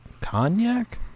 Cognac